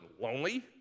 lonely